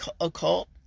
occult